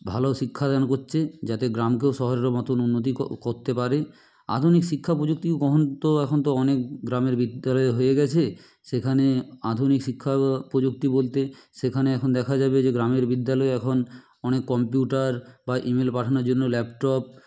ভালো শিক্ষা দান করছে যাতে গ্রামকেও শহরের মতন উন্নতি করতে পারে আধুনিক শিক্ষা প্রযুক্তি কখন তো এখন তো অনেক গ্রামের বিদ্যালয়ে হয়ে গেছে সেখানে আধুনিক শিক্ষা প্রযুক্তি বলতে সেখানে এখন দেখা যাবে যে গ্রামের বিদ্যালয়ে এখন অনেক কম্পিউটার বা ইমেল পাঠানোর জন্য ল্যাপটপ